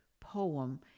poem